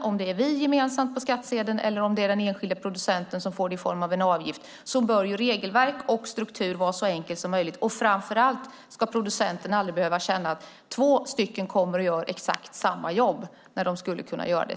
Vare sig det är vi som gemensamt ska betala den via skattsedeln eller om det är den enskilda producenten som får den i form av en avgift bör regelverk och struktur vara så enkla som möjligt, och framför allt ska producenten aldrig behöva känna att två personer kommer och gör exakt samma jobb när en man skulle ha kunnat göra det.